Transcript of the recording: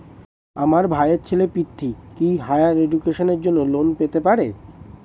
আমার ভাইয়ের ছেলে পৃথ্বী, কি হাইয়ার এডুকেশনের জন্য লোন পেতে পারে?